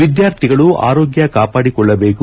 ವಿದ್ಯಾರ್ಥಿಗಳು ಆರೋಗ್ಯ ಕಾಪಾಡಿಕೊಳ್ಳಬೇಕು